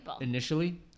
initially